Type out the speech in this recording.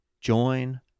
Join